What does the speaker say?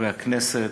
חברי הכנסת,